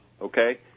Okay